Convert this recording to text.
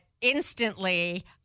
instantly